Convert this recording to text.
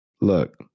Look